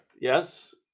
Yes